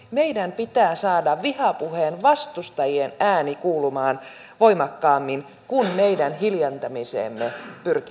meidän pitää saada vihapuheen vastustajien ääni kuulumaan voimakkaammin kuin meidän hiljentämiseemme pyrkivät äänet